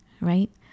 right